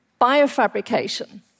Biofabrication